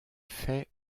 fait